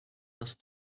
was